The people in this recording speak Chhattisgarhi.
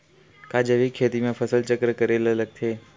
का जैविक खेती म फसल चक्र करे ल लगथे?